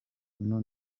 uno